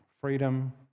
freedom